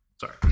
Sorry